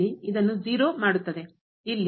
ಇಲ್ಲಿ ಮಾಡುತ್ತದೆ